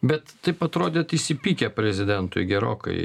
bet taip atrodėt įsipykę prezidentui gerokai